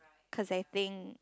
cause I think